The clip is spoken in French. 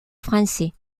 français